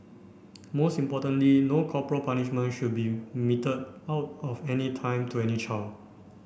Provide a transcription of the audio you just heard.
most importantly no corporal punishment should be meted out at any time to any child